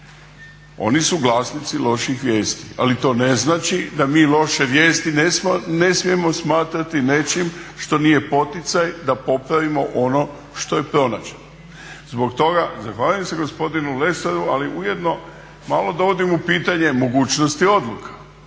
Oni su glasnici loših vijesti, ali to ne znači da mi loše vijesti ne smijemo smatrati nečim što nije poticaj da popravimo ono što je pronađeno. Zbog toga zahvaljujem se gospodinu Lesaru ali ujedno malo dovodim u pitanje mogućnosti odluka.